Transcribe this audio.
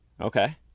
okay